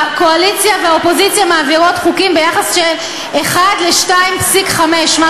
הקואליציה והאופוזיציה מעבירות חוקים ביחס של 2.5 ל-1,